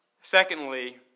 Secondly